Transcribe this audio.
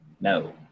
No